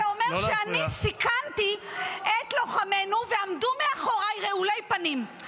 ואומר שאני סיכנתי את לוחמינו ועמדו מאחוריי רעולי פנים.